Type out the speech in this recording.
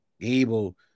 Able